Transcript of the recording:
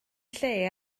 lle